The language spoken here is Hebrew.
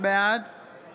בעד